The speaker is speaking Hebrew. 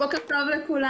בוקר טוב לכולם.